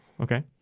Okay